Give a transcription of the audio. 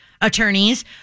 attorneys